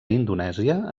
indonèsia